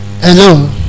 Hello